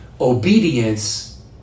Obedience